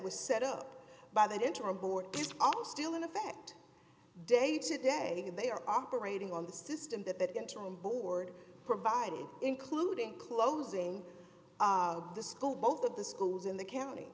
was set up by that interim board is still in effect day to day and they are operating on the system that that interim board provided including closing the school both of the schools in the county